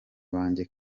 banjye